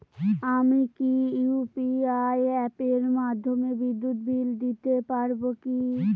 আমি কি ইউ.পি.আই অ্যাপের মাধ্যমে বিদ্যুৎ বিল দিতে পারবো কি?